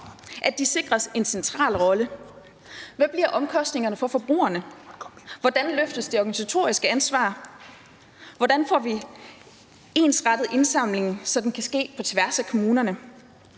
så de sikres en central rolle. Hvad bliver omkostningerne for forbrugerne? Hvordan løftes det organisatoriske ansvar? Hvordan får vi ensrettet indsamlingen, så den kan ske på tværs af kommunerne?